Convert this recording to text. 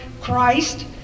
Christ